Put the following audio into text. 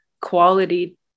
quality